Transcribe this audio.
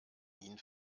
ihn